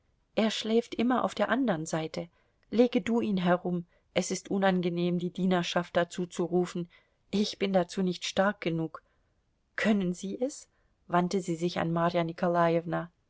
er schläft immer auf der andern seite lege du ihn herum es ist unangenehm die dienerschaft dazu zu rufen ich bin dazu nicht stark genug können sie es wandte sie sich an marja